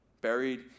Buried